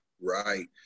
right